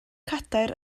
cadair